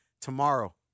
tomorrow